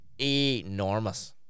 enormous